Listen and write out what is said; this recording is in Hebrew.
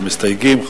המסתייגים,